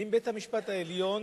האם בית-המשפט העליון